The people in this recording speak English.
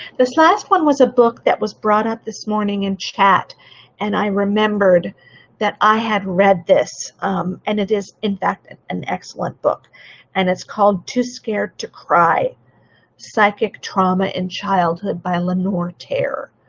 this last one was a book that was brought out this morning in chat and i remembered that i had read this and it is in fact an excellent book and it's called too scared to cry psychic trauma in childhood by lenore terr,